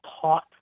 taught